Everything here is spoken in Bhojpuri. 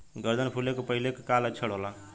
गर्दन फुले के पहिले के का लक्षण होला?